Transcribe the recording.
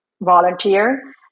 volunteer